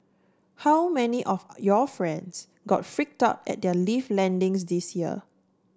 how many of your friends got freaked out at their lift landings this year